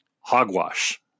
Hogwash